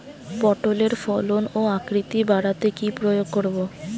পটলের ফলন ও আকৃতি বাড়াতে কি প্রয়োগ করব?